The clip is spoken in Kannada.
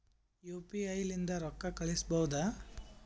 ಯು.ಪಿ.ಐ ಲಿಂದ ರೊಕ್ಕ ಕಳಿಸಬಹುದಾ?